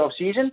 offseason